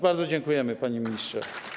Bardzo dziękujemy, panie ministrze.